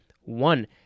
One